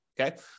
okay